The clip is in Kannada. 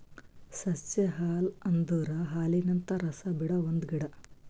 ಸಸ್ಯ ಹಾಲು ಅಂದುರ್ ಹಾಲಿನಂತ ರಸ ಬಿಡೊ ಒಂದ್ ಗಿಡ